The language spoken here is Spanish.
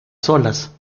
solas